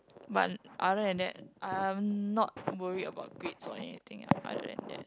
but other than that I'm I'm not worry about grades or anything other than that